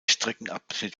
streckenabschnitt